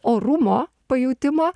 orumo pajautimo